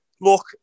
Look